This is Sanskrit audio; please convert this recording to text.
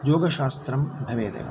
योगशास्त्रं भवेदेव